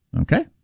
Okay